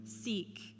seek